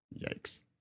Yikes